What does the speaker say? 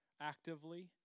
actively